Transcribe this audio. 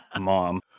mom